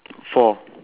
four